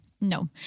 No